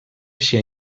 sia